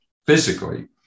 physically